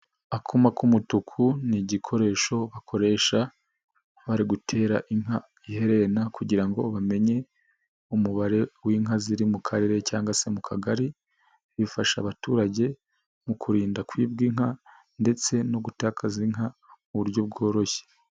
Akuma k'umutuku ni igikoresho bakoresha bari gutera inka iherena kugira ngo bamenye umubare w'inka ziri mu karere cyangwa se mu kagari, bifasha abaturage mu kurinda kwibwa inka ndetse no gutakaza inka mu buryo bworoshye.